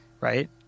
right